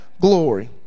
glory